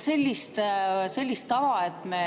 Sellist tava, et me